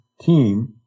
team